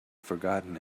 forgotten